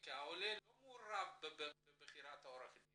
כי העולה לא מעורב בבחירת עורך הדין.